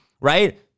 right